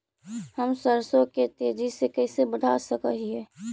हम सरसों के तेजी से कैसे बढ़ा सक हिय?